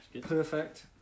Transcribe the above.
Perfect